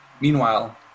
Meanwhile